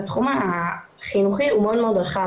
והתחום החינוכי הוא מאוד מאוד רחב.